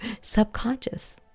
subconscious